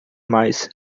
mais